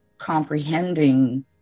comprehending